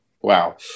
Wow